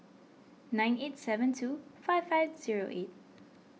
nine eight seven two five five zero eight